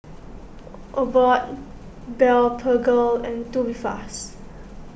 Abbott Blephagel and Tubifast